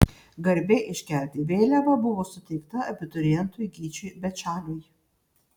garbė iškelti vėliavą buvo suteikta abiturientui gyčiui bečaliui